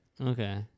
Okay